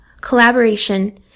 collaboration